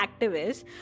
activists